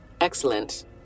Excellent